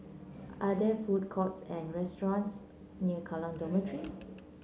are there food courts and restaurants near Kallang Dormitory